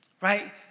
right